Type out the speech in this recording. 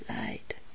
light